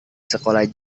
sekolah